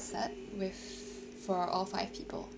set with four or five people